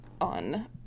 on